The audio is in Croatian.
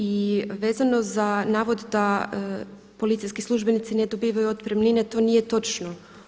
I vezano za navod da policijski službenici ne dobivaju otpremnine, to nije točno.